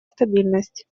стабильность